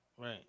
Right